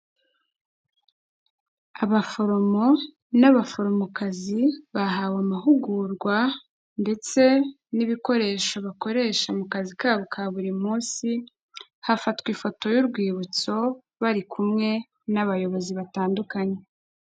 Abaforomo n'abaforomokazi bahawe amahugurwa ndetse n'ibikoresho bakoresha mu kazi kabo ka buri munsi, hafatwa ifoto y'urwibutso bari kumwe n'abayobozi batandukanye.